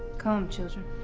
come, children.